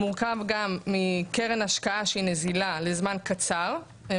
מורכב גם מקרן השקעה שהיא נזילה לזמן קצר,